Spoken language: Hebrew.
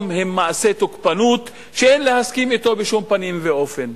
והן מעשה תוקפנות שאין להסכים אתו בשום פנים ואופן.